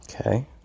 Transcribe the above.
Okay